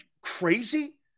crazy